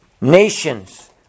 nations